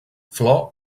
flor